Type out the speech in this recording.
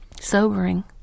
sobering